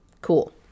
cool